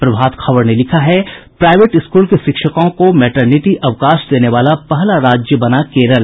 प्रभात खबर ने लिखा है प्राइवेट स्कूल की शिक्षिकाओं को मैटरनिटी अवकाश देने वाला पहला राज्य बना केरल